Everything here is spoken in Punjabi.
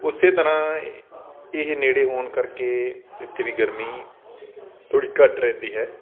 ਉਸੇ ਤਰ੍ਹਾਂ ਇਹ ਨੇੜੇ ਹੋਣ ਕਰਕੇ ਇੱਥੇ ਵੀ ਗਰਮੀ ਥੋੜੀ ਘੱਟ ਰਹਿੰਦੀ ਹੈ